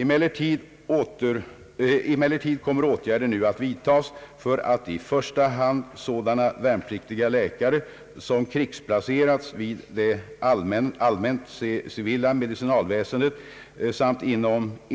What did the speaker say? Emellertid kommer åtgärder nu att vidtas för att i första hand sådana värnpliktiga läkare som krigsplacerats vid det allmänt civila medicinalväsendet samt inemot